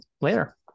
later